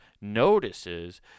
notices